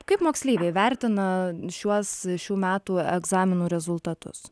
kaip moksleiviai vertina šiuos šių metų egzaminų rezultatus